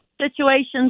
situations